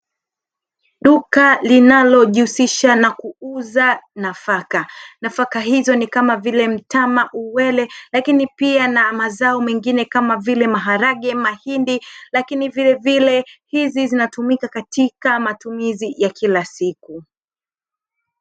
Duka linalojihusisha na kuuza nafaka, nafaka hizo ni kama vile; mtama, uwele, lakini pia na mazao mengine kama vile maharage, mahindi, lakini vilevile hizi zinatumika katika matumizi ya kila siku.